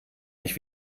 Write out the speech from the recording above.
mich